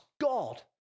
God